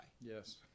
Yes